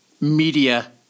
media